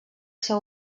ser